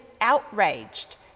outraged